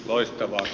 arvoisa puhemies